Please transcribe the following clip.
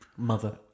Mother